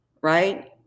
right